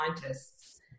scientists